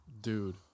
Dude